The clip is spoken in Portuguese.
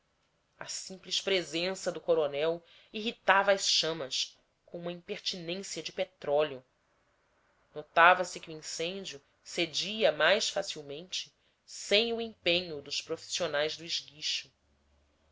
a simples presença do coronel irritava as chamas como uma impertinência de petróleo notava-se que o incêndio cedia mais facilmente sem o empenho dos profissionais do esguicho